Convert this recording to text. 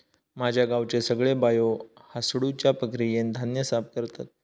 माझ्या गावचे सगळे बायो हासडुच्या प्रक्रियेन धान्य साफ करतत